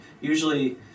usually